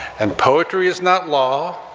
and poetry is not law,